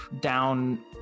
down